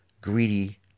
greedy